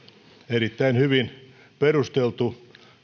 erittäin hyvin perusteltu